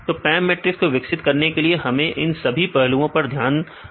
तो PAM matrix को विकसित करते समय हमें इन सभी पहलुओं पर ध्यान देना होगा